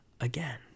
Again